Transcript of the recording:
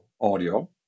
Audio